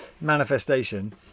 manifestation